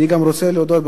אני גם רוצה להודות,